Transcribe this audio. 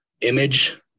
image